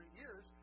years